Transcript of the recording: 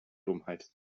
dummheit